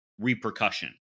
repercussion